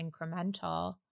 incremental